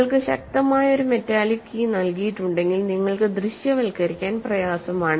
നിങ്ങൾക്ക് ശക്തമായ ഒരു മെറ്റാലിക് കീ നൽകിയിട്ടുണ്ടെങ്കിൽ നിങ്ങൾക്ക് ദൃശ്യവൽക്കരിക്കാൻ പ്രയാസമാണ്